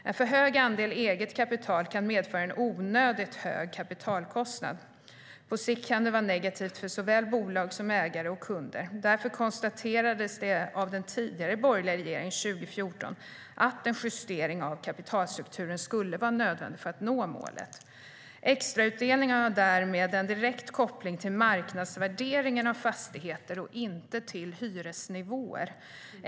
En för hög andel eget kapital kan medföra en onödigt hög kapitalkostnad. På sikt kan det vara negativt för såväl bolag som ägare och kunder. Därför konstaterade den tidigare borgerliga regeringen 2014 att en justering av kapitalstrukturen skulle vara nödvändig för att nå målet. Extrautdelningen har därmed en direkt koppling till marknadsvärderingen av fastigheter och inte till hyresnivåer.